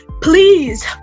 please